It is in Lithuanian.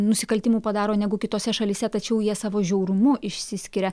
nusikaltimų padaro negu kitose šalyse tačiau jie savo žiaurumu išsiskiria